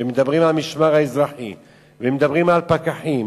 ומדברים על המשמר האזרחי, ומדברים על פקחים,